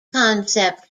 concept